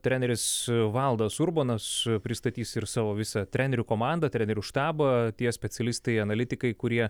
treneris valdas urbonas pristatys ir savo visą trenerių komandą trenerių štabą tie specialistai analitikai kurie